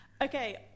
Okay